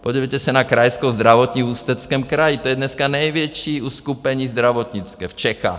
Podívejte se na Krajskou zdravotní v Ústeckém kraji, to je dneska největší uskupení zdravotnické v Čechách.